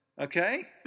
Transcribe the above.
Okay